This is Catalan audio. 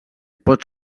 pot